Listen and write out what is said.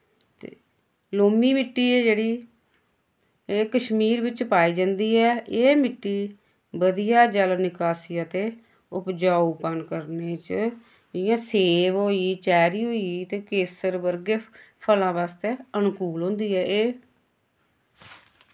ते लोमी मिट्टी ऐ जेह्ड़ी एह् कश्मीर विच पाई जंदी ऐ एह् मिट्टी बदिया जल निकासी ते उपजाऊ पन करने च जियां सेव होई चैरी होई गेई ते केसर वर्गे फलां वास्तै अनूकूल होंदी ऐ एह्